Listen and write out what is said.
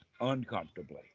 uncomfortably